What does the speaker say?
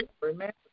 Remember